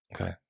Okay